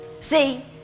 See